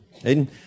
Aiden